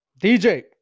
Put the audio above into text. DJ